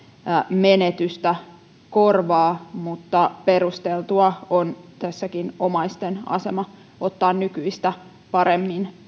menetystä korvaa mutta perusteltua on tässäkin omaisten asema ottaa nykyistä paremmin